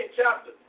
chapter